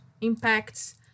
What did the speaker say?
impacts